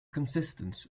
consistent